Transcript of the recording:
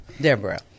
Deborah